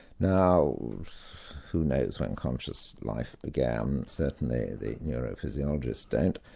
now who knows when conscious life began? certainly the neurophysiologists don't,